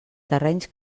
terrenys